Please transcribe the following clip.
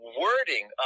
wording